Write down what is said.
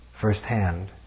firsthand